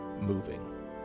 Moving